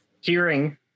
Hearing